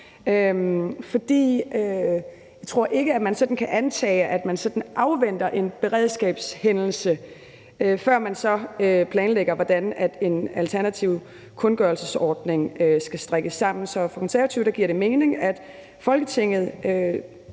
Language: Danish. jeg tror ikke, at man sådan kan antage, at man afventer en beredskabshændelse, før man så planlægger, hvordan en alternativ kundgørelsesordning skal strikkes sammen. Så for Konservative giver det mening, at Folketinget